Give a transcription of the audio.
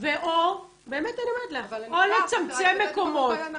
או לצמצם מקומות.